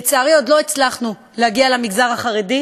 לצערי, עוד לא הצלחנו להגיע למגזר החרדי.